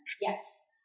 yes